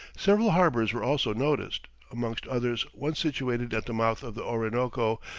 several harbours were also noticed, amongst others one situated at the mouth of the orinoco,